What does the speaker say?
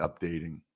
updating